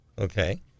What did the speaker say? Okay